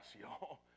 y'all